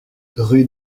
rue